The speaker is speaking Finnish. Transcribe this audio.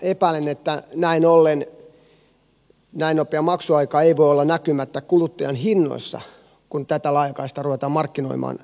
epäilen että näin ollen näin nopea maksuaika ei voi olla näkymättä kuluttajan hinnoissa kun tätä laajakaistaa ruvetaan markkinoimaan kuluttajille